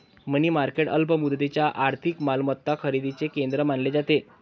मनी market अल्प मुदतीच्या आर्थिक मालमत्ता खरेदीचे केंद्र मानले जाते